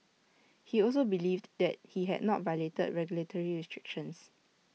he also believed that he had not violated regulatory restrictions